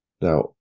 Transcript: Now